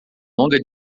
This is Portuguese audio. longa